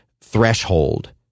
threshold